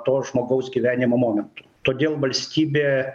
to žmogaus gyvenimo momentu todėl valstybė